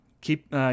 Keep